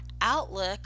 outlook